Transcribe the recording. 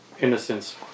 innocence